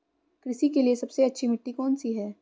कृषि के लिए सबसे अच्छी मिट्टी कौन सी है?